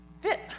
fit